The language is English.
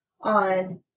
on